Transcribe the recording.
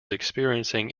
experiencing